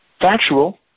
factual